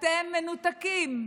אתם מנותקים.